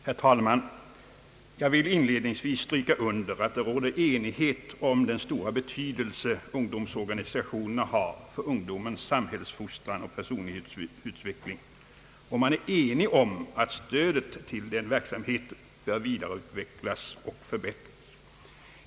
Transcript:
Herr talman! Jag vill inledningsvis stryka under att det råder enighet om den stora betydelse ungdomsorganisationerna har för ungdomens samhällsfostran och = personlighetsutveckling. Man är enig om att stödet till den verksamheten bör vidareutvecklas och förbättras.